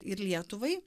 ir lietuvai